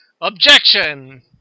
OBJECTION